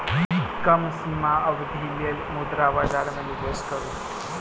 कम सीमा अवधिक लेल मुद्रा बजार में निवेश करू